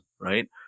right